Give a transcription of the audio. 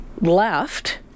left